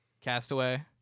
Castaway